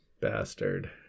bastard